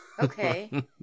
Okay